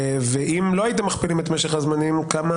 ואם לא הייתם מכפילים את משך הזמנים כמה